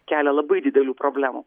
kelia labai didelių problemų